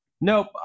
nope